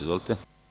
Izvolite.